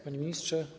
Panie Ministrze!